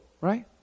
right